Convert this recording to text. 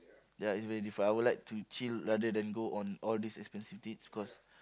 ya it's very different I would like to chill rather than go on all these expensive dates because